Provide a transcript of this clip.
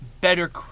better